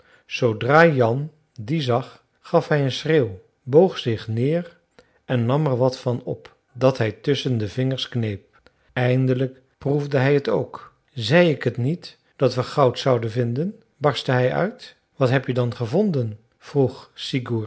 zoodra jan die zag gaf hij een schreeuw boog zich neer en nam er wat van op dat hij tusschen de vingers kneep eindelijk proefde hij het ook zei ik het niet dat we goud zouden vinden barstte hij uit wat heb je dan gevonden vroeg